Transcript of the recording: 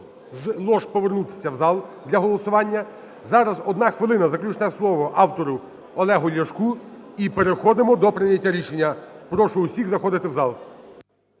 лож повернутися у зал для голосування. Зараз 1 хвилина заключне слово автору Олегу Ляшку і переходимо до прийняття рішення. Прошу всіх заходити у зал.